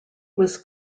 was